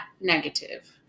negative